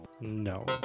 No